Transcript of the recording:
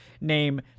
name